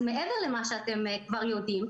מעבר למה שאתם כבר יודעים,